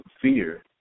fear